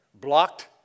blocked